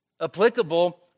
applicable